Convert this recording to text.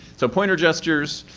so pointer gestures.